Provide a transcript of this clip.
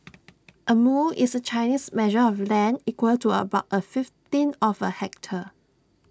A mu is A Chinese measure of land equal to about A fifteenth of A hectare